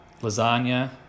lasagna